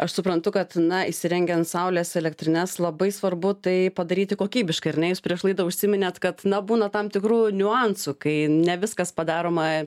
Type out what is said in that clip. aš suprantu kad na įsirengiant saulės elektrines labai svarbu tai padaryti kokybiškai ir na jūs prieš laidą užsiminėt kad na būna tam tikrų niuansų kai ne viskas padaroma